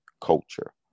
culture